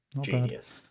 Genius